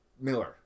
miller